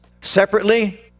Separately